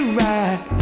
right